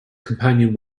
companion